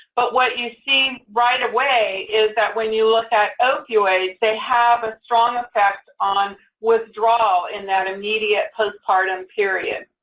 but what you see right away is that when you look at opioids, they have a strong effect on withdrawal in that immediate postpartum period.